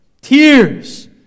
tears